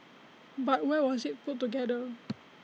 but where was IT put together